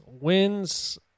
wins